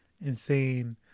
insane